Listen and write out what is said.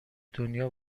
دنیا